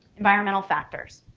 environmental factors.